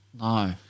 No